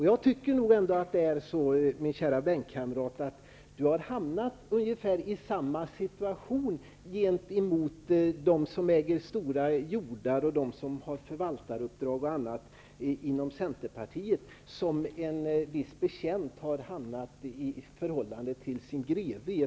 Jag anser nog att min kära bänkkamrat har hamnat i ungefär samma situation gentemot dem som äger stora jordar och dem som har förvaltaruppdrag inom centerpartiet som en viss betjänt i ett annat parti har i förhållande till sin greve.